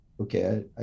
okay